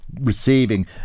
receiving